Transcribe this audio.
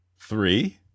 Three